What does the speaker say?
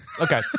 Okay